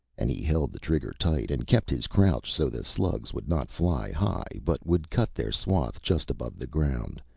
and he held the trigger tight and kept his crouch so the slugs would not fly high, but would cut their swath just above the ground,